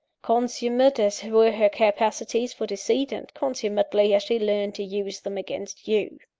consummate as were her capacities for deceit, and consummately as she learnt to use them against you.